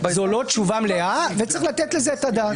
זאת לא תשובה מלאה וצריך לתת על זה את הדעת.